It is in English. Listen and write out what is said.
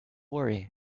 worry